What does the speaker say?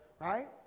right